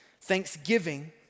Thanksgiving